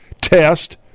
test